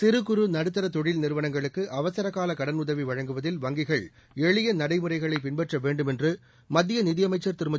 சிறு குறு நடுத்தர தொழில் நிறுவனங்களுக்கு அவசர கால கடன் உதவி வழங்குவதில் வங்கிகள் எளிய நடைமுறைகளை பின்பற்ற வேண்டும் என்று மத்திய நிதியமைச்சள் திருமதி